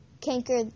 canker